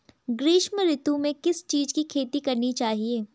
ग्रीष्म ऋतु में किस चीज़ की खेती करनी चाहिये?